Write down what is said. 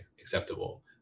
acceptable